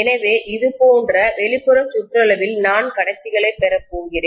எனவே இது போன்ற வெளிப்புற சுற்றளவில் நான் கடத்திகளைப் பெறப்போகிறேன்